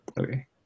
Okay